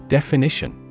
Definition